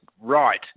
right